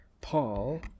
Paul